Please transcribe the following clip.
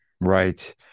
Right